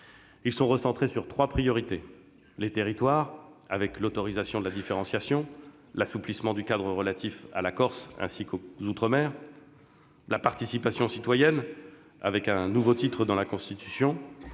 Ils sont recentrés sur trois priorités : les territoires, avec l'autorisation de la différenciation et l'assouplissement du cadre relatif à la Corse, ainsi qu'aux outre-mer ; la participation citoyenne, avec l'ajout d'un nouveau titre dans la Constitution,